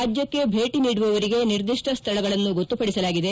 ರಾಜ್ಯಕ್ಕೆ ಭೇಟಿ ನೀಡುವವರಿಗೆ ನಿರ್ದಿಷ್ಟ ಸ್ಥಳಗಳನ್ನು ಗೊತ್ತುಪಡಿಸಲಾಗಿದೆ